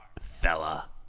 fella